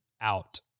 out